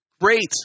great